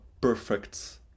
perfect